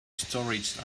storage